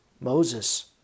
Moses